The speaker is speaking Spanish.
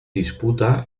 disputa